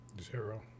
Zero